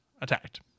attacked